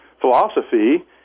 philosophy